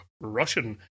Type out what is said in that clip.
russian